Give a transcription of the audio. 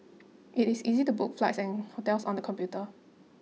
it is easy to book flights and hotels on the computer